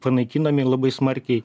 panaikinami labai smarkiai